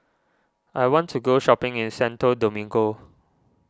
I want to go shopping in Santo Domingo